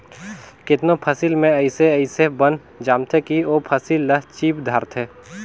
केतनो फसिल में अइसे अइसे बन जामथें कि ओ फसिल ल चीप धारथे